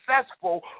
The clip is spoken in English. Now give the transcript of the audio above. successful